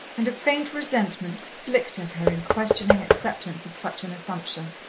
and a faint resentment flicked at her in questioning acceptance of such an assumption.